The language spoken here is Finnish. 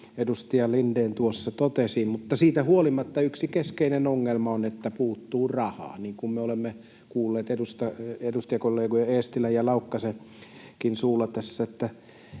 edustaja Lindén tuossa totesi, mutta siitä huolimatta yksi keskeinen ongelma on, että puuttuu rahaa, niin kuin me olemme kuulleet edustajakollega Eestilän ja Laukkasenkin suulla tässä.